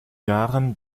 jahren